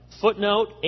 footnote